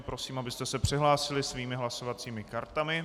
Prosím, abyste se přihlásili svými hlasovacími kartami.